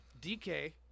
DK